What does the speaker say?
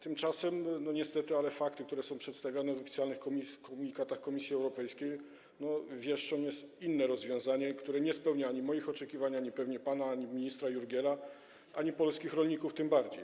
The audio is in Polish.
Tymczasem niestety fakty, które są przedstawiane w oficjalnych komunikatach Komisji Europejskiej, wieszczą inne rozwiązanie, które nie spełnia ani moich oczekiwań, ani pewnie pana, ani ministra Jurgiela, ani polskich rolników tym bardziej.